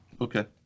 Okay